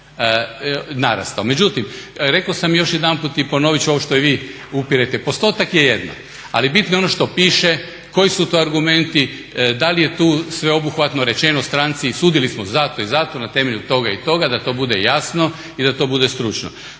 narastao. Međutim rekao sam još jedanput i ponovit ću ovo što i vi upirete, postotak je jedan ali bitno je ono što piše, koji su to argumenti, da li je tu sveobuhvatno rečeno stranci sudili smo zato i zato na temelju toga i toga da to bude jasno i da to bude stručno.